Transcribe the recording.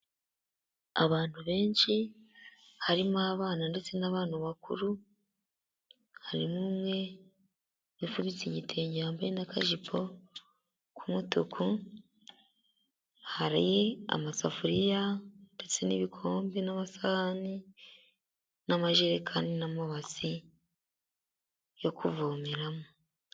Abantu benshi harimo abana ndetse n'abantu bakuru, harimo umwe wifubitse igitenge yambaye n'akajipo k'umutuku, hari amasafuriya ndetse n'ibikombe n'amasahani n'amajerekani n'amabasi yo kuvomeramo.